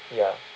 ya